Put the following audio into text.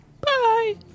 Bye